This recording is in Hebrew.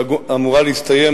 שאמורה להסתיים,